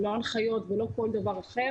לא הנחיות ולא כל דבר אחר,